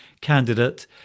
candidate